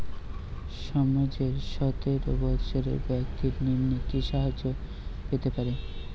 সমাজের সতেরো বৎসরের ব্যাক্তির নিম্নে কি সাহায্য পেতে পারে?